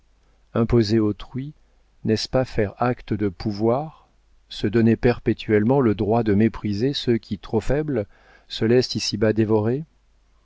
imposer autrui n'est-ce pas faire acte de pouvoir se donner perpétuellement le droit de mépriser ceux qui trop faibles se laissent ici-bas dévorer